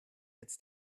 jetzt